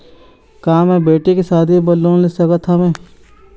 का मैं बेटी के शादी बर लोन ले सकत हावे?